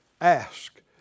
Ask